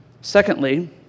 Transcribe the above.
Secondly